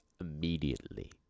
immediately